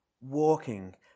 walking